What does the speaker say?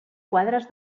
quadres